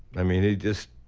i mean, he just,